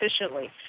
efficiently